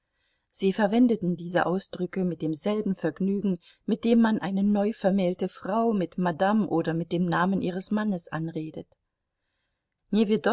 sie verwendeten diese ausdrücke mit demselben vergnügen mit dem man eine neuvermählte frau mit madame oder mit dem namen ihres mannes anredet